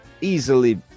Easily